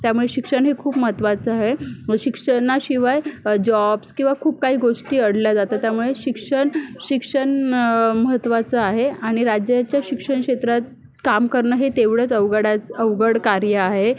त्यामुळे शिक्षण हे खूप महत्त्वाचं आहे शिक्षणाशिवाय जॉब्स किंवा खूप काही गोष्टी अडल्या जातात त्यामुळे शिक्षण शिक्षण महत्त्वाचं आहे आणि राज्याच्या शिक्षण क्षेत्रात काम करणं हे तेवढंच अवघड आज अवघड कार्य आहे